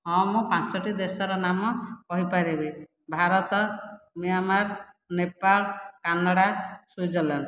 ହଁ ମୁଁ ପାଞ୍ଚଟି ଦେଶର ନାମ କହି ପାରିବି Bharat Myanmar Nepal Canada Switzerland